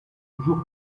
jours